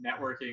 networking